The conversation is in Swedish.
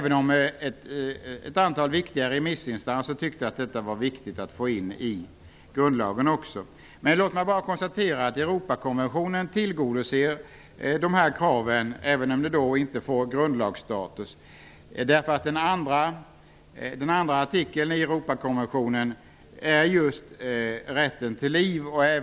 Ett antal viktiga remissinstanser tyckte dock att det var viktigt att få in i grundlagen. Låt mig konstatera att Europakonventionen tillgodoser dessa krav, även om det inte innebär grundlagsstatus. Den andra artikeln i Europakonventionen gäller just rätten till liv.